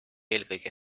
eelkõige